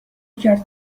کرد